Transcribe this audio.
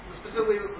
specifically